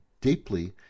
deeply